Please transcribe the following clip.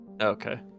okay